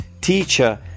teacher